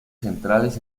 centrales